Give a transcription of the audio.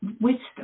wisdom